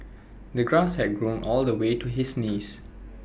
the grass had grown all the way to his knees